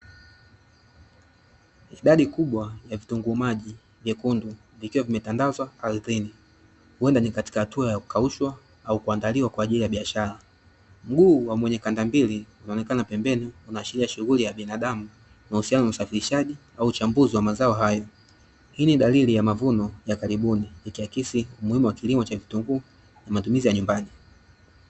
Idadi kubwa ya vitunguu maji vyekundu vikiwa vimetandazwa ardhini, huenda ni katika hatua ya kukaushwa au kuandaliwa kwa ajili ya biashara. Mguu wa mwenye kandambili unaonekana pembeni unaashiria shughuli ya binadamu inayohusiana na usafirishaji au uchambuzi wa mazao hayo. Hii ni dalili ya mavuno ya karibuni ikiakisi umuhimu wa kilimo cha vitunguu na matumizi ya nyumbani.